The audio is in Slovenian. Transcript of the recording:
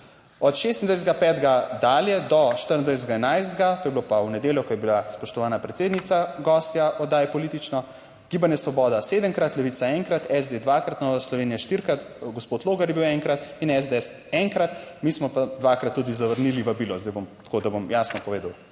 Od 26. 5. dalje do 24. 11., to je bilo pa v nedeljo, ko je bila spoštovana predsednica gostja oddaje Politično : Gibanje Svoboda sedemkrat, Levica enkrat, SD dvakrat, Nova Slovenija štirikrat, gospod Logar je bil enkrat in SDS enkrat. Mi smo pa dvakrat tudi zavrnili vabilo, zdaj bom tako, da